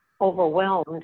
overwhelmed